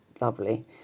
lovely